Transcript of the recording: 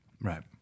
Right